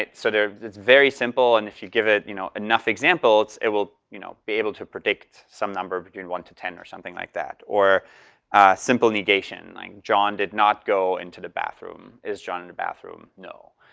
sort of it's very simple and if you give it you know enough examples, it will you know be able to predict some number between one to ten or something like that or a simple negation like john did not go into the bathroom. is john in the bathroom? no.